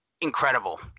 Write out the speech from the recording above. incredible